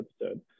episode